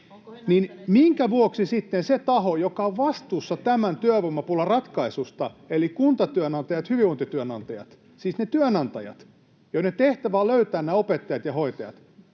minkä vuoksi sitten se taho, joka on vastuussa tämän työvoimapulan ratkaisusta, eli kuntatyönantajat ja hyvinvointityönantajat, siis ne työnantajat, joiden tehtävä on löytää ne opettajat ja hoitajat,